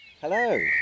Hello